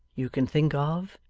you can think of,